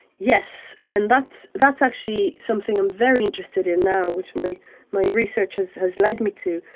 yes, and that's that's actually something i'm very interested in now which my my research has has led me to,